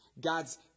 God's